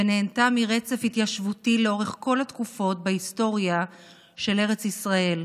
ונהנתה מרצף התיישבותי לאורך כל התקופות בהיסטוריה של ארץ ישראל,